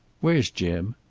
where's jim?